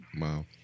Wow